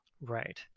right